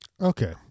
Okay